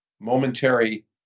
momentary